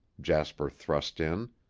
jasper thrust in.